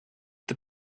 the